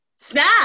snap